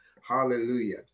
Hallelujah